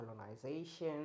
colonization